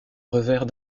revers